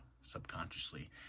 subconsciously